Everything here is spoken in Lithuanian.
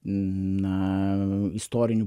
na istorinių